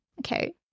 Okay